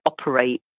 operate